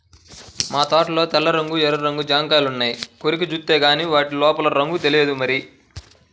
మా తోటలో తెల్ల రంగు, ఎర్ర రంగు జాంకాయలున్నాయి, కొరికి జూత్తేగానీ వాటి లోపల రంగు తెలియదు మరి